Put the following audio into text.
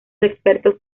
expertos